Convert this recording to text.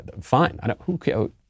fine